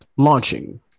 Launching